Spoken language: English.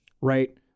Right